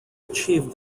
achieved